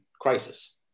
crisis